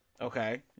Okay